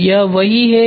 तो यह वही है